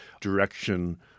direction